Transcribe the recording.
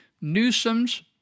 Newsom's